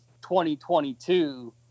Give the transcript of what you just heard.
2022